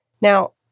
Now